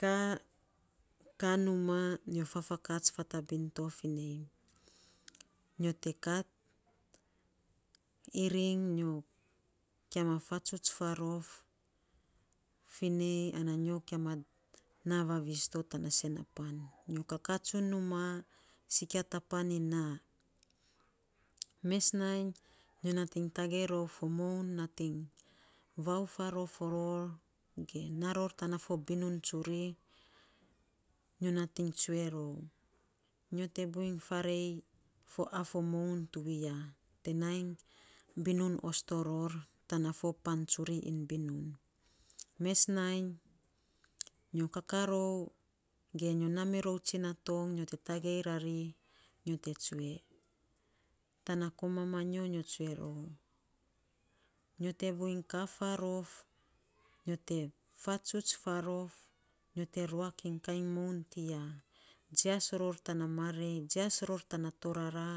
Ka, kaa numaa nyo fafakats fatabin fi to nei, nyo tekat iriny nyo kis ma fatsuts faarof fi nei ana nyo kia ma naa vavis to tana sen a pan, nyo kaa tsun numaa sikia to pan iny naa. Mes nainy nyo natiny tagei rou fo moun natiny vau faarof ror ge naa rou tana fo binun tsuri. Nyo natiny tsue rou, nyo tebuiny faarei moun tuwiya, ya te nai binun osto ror tan fo pan tsuri iny binun. Mes nainy nyo kakaa rou ge nyo naa mirou tsinatong,, nyo te tagei rari, nyo te tsue. Tana koma ma nyo tsue ror. Nyo te buiny kaa faarof nyo te fatsuts farof. Nyo te buiny kaa faarof nyo te fatsuts farof. Nyo te ruak iny kain moun tiya, jias ror tana marei, jias ror tana torara.